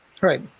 Right